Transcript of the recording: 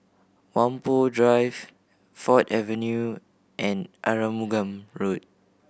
Whampoa Drive Ford Avenue and Arumugam Road